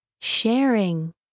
Sharing